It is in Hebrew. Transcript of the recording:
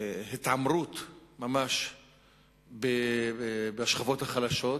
להתעמרות ממש בשכבות החלשות,